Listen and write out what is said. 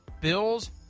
Bills